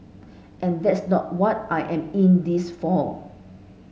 and that's not what I am in this for